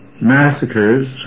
massacres